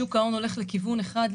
שוק ההון הולך לכיוון אחד,